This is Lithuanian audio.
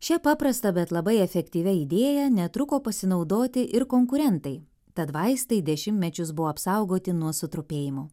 šia paprasta bet labai efektyvia idėja netruko pasinaudoti ir konkurentai tad vaistai dešimtmečius buvo apsaugoti nuo sutrupėjimo